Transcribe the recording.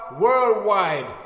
worldwide